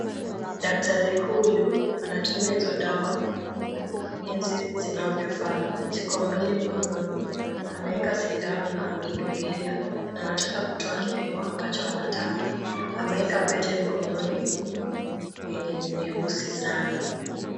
Daktari huyu anatumia hizo dawa jinsi zinavyofaa. Ziko mbili mkononi. Ameweka sindano na ameidungilia na anataka kutoa kipimo ambacho anataka. Ameweka pete mkononi yenye ni nyeusi sana.